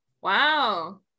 Wow